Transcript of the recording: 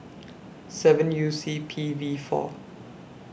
seven U C P V four